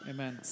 Amen